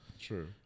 True